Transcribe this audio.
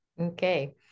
Okay